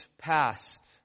past